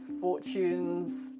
fortunes